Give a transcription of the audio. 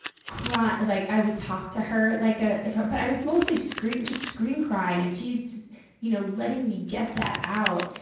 cry like, i would talk to her like a but i was mostly scream just scream-crying, and she's just you know letting me get that out.